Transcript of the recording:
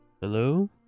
Hello